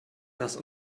das